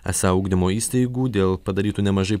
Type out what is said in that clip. esą ugdymo įstaigų dėl padarytų nemažai